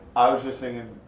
i was just thinking